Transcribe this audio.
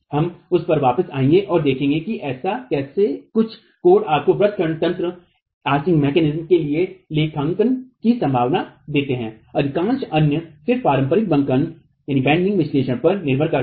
हम उस पर वापस आएंगे और देखेंगे कि कैसे कुछ कोड आपको व्रत खंड तंत्र के लिए लेखांकन की संभावना देते हैं अधिकांश अन्य सिर्फ पारंपरिक बंकन विश्लेषण पर निर्भर करते है